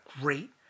great